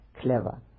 Clever